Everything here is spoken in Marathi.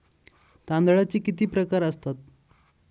तांदळाचे किती प्रकार असतात?